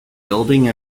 building